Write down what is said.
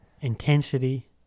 intensity